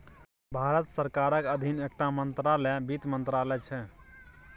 भारत सरकारक अधीन एकटा मंत्रालय बित्त मंत्रालय छै